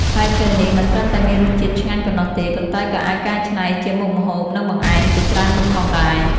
ផ្លែឈើនេះមិនត្រឹមតែមានរសជាតិឆ្ងាញ់ប៉ុណ្ណោះទេ ប៉ុន្តែក៏អាចកែច្នៃជាមុខម្ហូប និងបង្អែមជាច្រើនមុខផងដែរ។